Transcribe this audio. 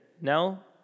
Now